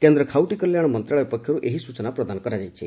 କେନ୍ଦ୍ର ଖାଉଟି କଲ୍ୟାଣ ମନ୍ତ୍ରଣାଳୟ ପକ୍ଷରୁ ଏହି ସ୍ଚଚନା ପ୍ରଦାନ କରାଯାଇଛି